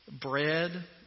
bread